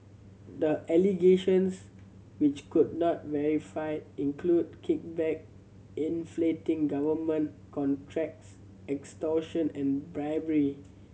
the allegations which could not verified include kickback inflating government contracts extortion and bribery